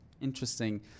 interesting